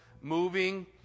moving